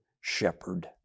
SHEPHERD